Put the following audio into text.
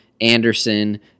anderson